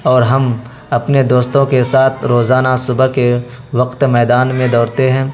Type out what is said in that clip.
اور ہم اپنے دوستوں کے ساتھ روزانہ صبح کے وقت میدان میں دوڑتے ہیں